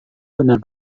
benar